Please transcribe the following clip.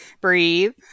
Breathe